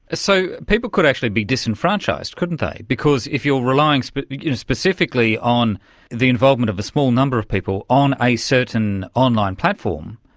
ah so people could actually be disenfranchised, couldn't they, because if you're relying so but you know specifically on the involvement of a small number of people on a certain online platform,